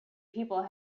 people